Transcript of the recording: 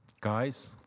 guys